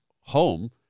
home